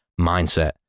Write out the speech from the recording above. mindset